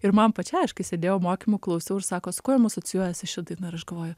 ir man pačiai aš kai sėdėjau mokymų klausiau ir sako su kuo jum asocijuojasi ši daina ir aš galvoju